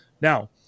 now